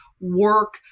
work